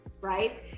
right